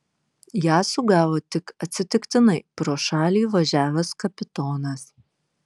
ją sugavo tik atsitiktinai pro šalį važiavęs kapitonas